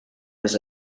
was